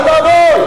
אוי ואבוי.